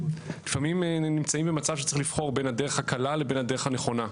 לפעמים נמצאים במצב שצריך לבחור בין הדרך הקלה לבין הדרך הנכונה.